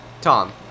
Tom